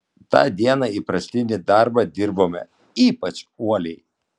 tą dieną įprastinį darbą dirbome ypač uoliai